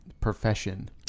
profession